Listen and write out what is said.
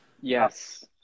Yes